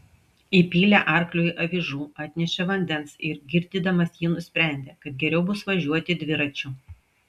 įpylė arkliui avižų atnešė vandens ir girdydamas jį nusprendė kad geriau bus važiuoti dviračiu